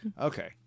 Okay